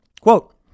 quote